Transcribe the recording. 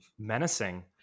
menacing